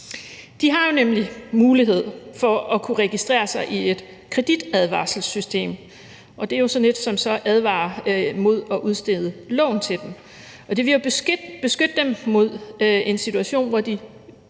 De har jo nemlig mulighed for at kunne registrere sig i et kreditadvarselssystem, og det er jo sådan et, som så advarer mod at udstede lån til dem. Det vil jo beskytte dem mod en situation, hvor de